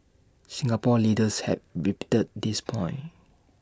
Singapore leaders have repeated this point